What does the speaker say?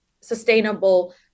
sustainable